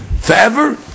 forever